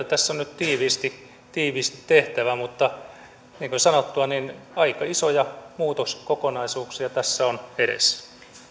tässä on nyt tiivisti tiivisti tehtävä mutta niin kuin sanottua aika isoja muutoskokonaisuuksia tässä on edessä